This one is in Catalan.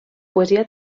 poesia